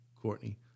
Courtney